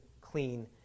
clean